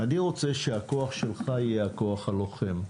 אני רוצה שהכוח שלך יהיה הכוח הלוחם,